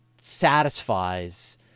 satisfies